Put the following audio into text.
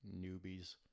newbies